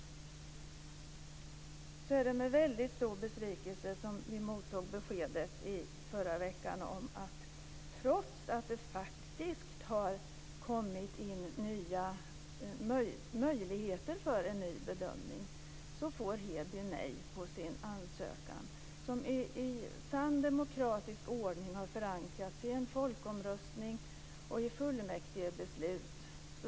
Därför var det med väldigt stor besvikelse som vi mottog beskedet förra veckan om att det trots att det föreligger nya omständigheter för en ny bedömning får Heby nej på sin ansökan som i sann demokratisk ordning har förankrats i en folkomröstning och i fullmäktigebeslut.